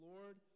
Lord